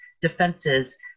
defenses